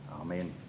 amen